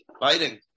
Biting